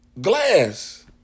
Glass